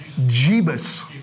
Jebus